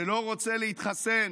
שלא רוצה להתחסן,